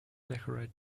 decorate